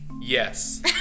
Yes